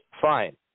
Fine